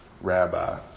rabbi